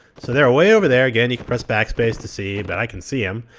so they're ah way over there. again, you can press backspace to see, but i can see them.